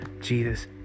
Jesus